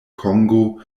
kongo